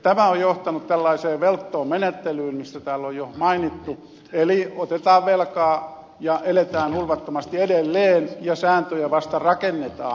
tämä on johtanut tällaiseen velttoon menettelyyn mistä täällä on jo mainittu eli otetaan velkaa ja eletään hulvattomasti edelleen ja sääntöjä vasta rakennetaan